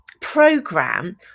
program